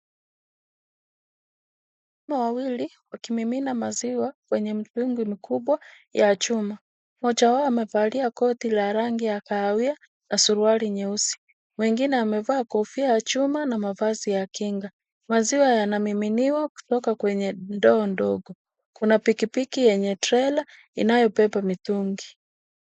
Watu wawili wakimimina maziwa kwenye mitungi mkubwa wa chuma. Mmoja wao amevalia koti la rangi ya kahawia na suruali nyeusi. Mwingine amevaa kofia ya chuma na mavazi ya kinga. Maziwa yanamiminiwa kutoka kwenye ndoo ndogo. Kuna pikipiki yenye trela inayobeba mitungi.